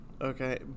Okay